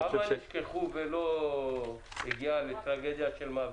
ואני חושב --- כמה נשכחו ולא הגיע לטרגדיה של מוות?